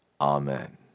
Amen